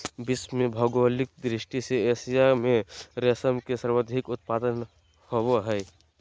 विश्व में भौगोलिक दृष्टि से एशिया में रेशम के सर्वाधिक उत्पादन होबय हइ